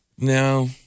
No